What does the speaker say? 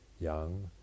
young